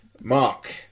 Mark